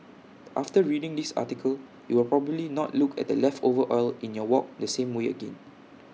after reading this article you will probably not look at the leftover oil in your wok the same way again